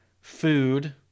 food